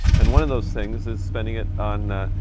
and one of those things is spending it on ah,